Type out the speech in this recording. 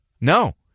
No